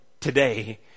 today